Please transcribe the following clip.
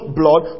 blood